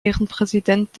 ehrenpräsident